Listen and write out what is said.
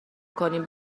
کنیم